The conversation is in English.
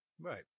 Right